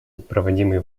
проводимые